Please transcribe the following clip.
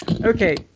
okay